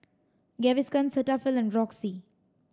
Gaviscon Cetaphil and Roxy